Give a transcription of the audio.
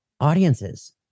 audiences